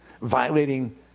violating